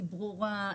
היא ברורה,